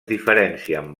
diferencien